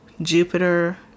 Jupiter